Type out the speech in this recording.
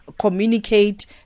communicate